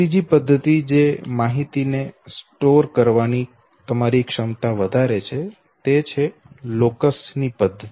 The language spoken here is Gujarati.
ત્રીજી પદ્ધતિ જે માહિતી ને સ્ટોર કરવાની તમારી ક્ષમતા વધારે છે તે છે તે છે લોકસ ની પદ્ધતિ